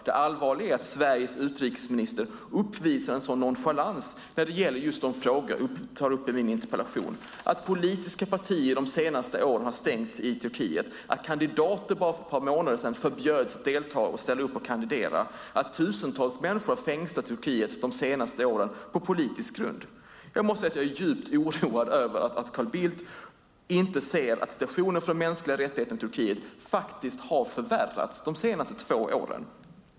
Det allvarliga är att Sveriges utrikesminister uppvisar en sådan nonchalans när det gäller just de frågor jag tar upp i min interpellation: att politiska partier de senaste åren har stängts i Turkiet, att kandidater bara för ett par månaders sedan förbjöds delta och ställa upp och kandidera och att tusentals människor har fängslats på politisk grund i Turkiet de senaste åren. Jag måste säga att jag är djupt oroad över att Carl Bildt inte ser att situationen för mänskliga rättigheter i Turkiet faktiskt har förvärrats de senaste två åren.